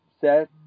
set